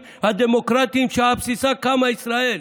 הדמוקרטיים שעל בסיסם קמה ישראל".